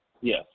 Yes